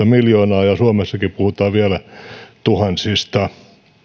miljoonaa ja suomessakin puhutaan vielä tuhansista